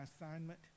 assignment